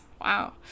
wow